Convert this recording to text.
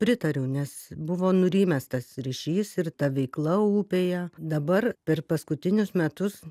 pritariu nes buvo nurimęs tas ryšys ir ta veikla upėje dabar per paskutinius metus